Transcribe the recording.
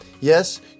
Yes